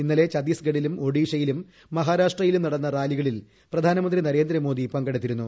ഇന്നലെ ഛത്തീ്സ്ഗഡിലും ഒഡീഷയിലും മഹാരാഷ്ട്രയിലും നടന്ന റാലികളിൽ പ്രധാനമന്ത്രി നരേന്ദ്രമോദി പങ്കെടുത്തിരുന്നു